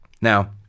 Now